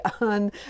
on